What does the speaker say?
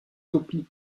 copies